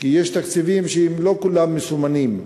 כי יש תקציבים שלא כולם מסומנים.